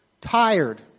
tired